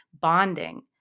Bonding